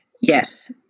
Yes